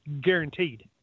Guaranteed